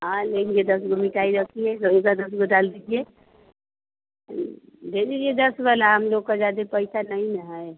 हाँ लेंगे दस को मिठाई रखिएगा एका बैग में डाल दीजिए दे दीजिए दस वाला हम लोग का ज़्यादा पैसा नहीं न है